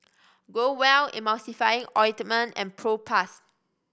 Growell Emulsying Ointment and Propass